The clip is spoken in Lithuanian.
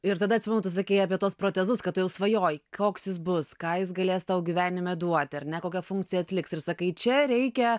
ir tada atsimenu tu sakei apie tuos protezus ką tu jau svajoji koks jis bus ką jis galės tau gyvenime duoti ar ne kokią funkciją atliks ir sakai čia reikia